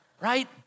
right